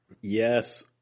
yes